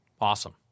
Awesome